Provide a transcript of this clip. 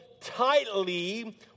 tightly